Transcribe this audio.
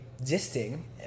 existing